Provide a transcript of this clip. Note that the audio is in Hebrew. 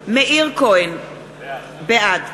בעד מאיר כהן, בעד